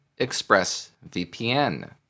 ExpressVPN